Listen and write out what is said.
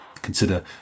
consider